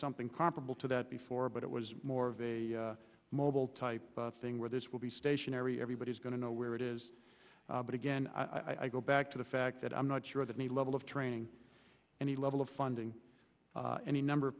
something comparable to that before but it was more of a mobile type thing where this will be stationary everybody's going to know where it is but again i go back to the fact that i'm not sure that the level of training and the level of funding any number of